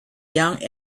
young